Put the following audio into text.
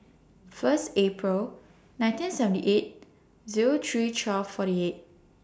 First April nineteen seventy eight Zero three twelve forty eight